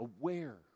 Aware